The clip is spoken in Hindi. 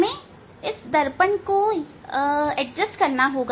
हमें दर्पण को समायोजित या एडजस्ट करना होगा